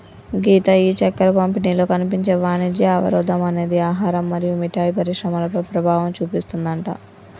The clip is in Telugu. గీత ఈ చక్కెర పంపిణీలో కనిపించే వాణిజ్య అవరోధం అనేది ఆహారం మరియు మిఠాయి పరిశ్రమలపై ప్రభావం చూపిస్తుందట